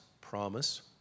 promise